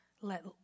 Let